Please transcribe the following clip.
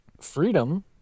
freedom